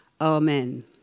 Amen